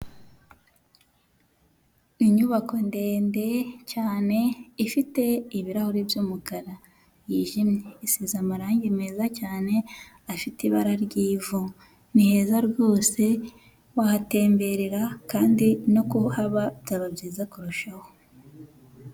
Inyubako ndende cyane ifite ibirahuri by'umukara yijimye isize amarangi meza cyane afite ibara ry'ivu ni heza rwose wahatemberera kandi no kuhaba byaba byiza kurushaho.